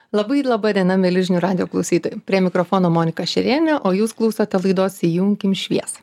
labai laba diena mieli žinių radijo klausytojai prie mikrofono monika šerienė o jūs klausote laidos įjunkim šviesą